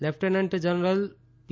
lieutenant general P